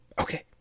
Okay